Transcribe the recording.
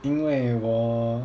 因为我